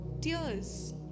tears